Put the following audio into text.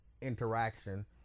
interaction